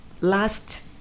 last